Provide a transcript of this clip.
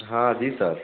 हाँ जी सर